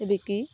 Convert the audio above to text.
বিকি